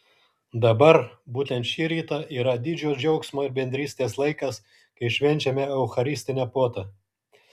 dabar būtent šį rytą yra didžio džiaugsmo ir bendrystės laikas kai švenčiame eucharistinę puotą